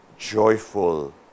joyful